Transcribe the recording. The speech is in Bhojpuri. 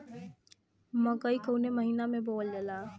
मकई कवने महीना में बोवल जाला?